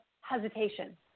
hesitation